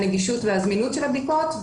הנגישות והזמינות של הבדיקות,